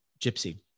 Gypsy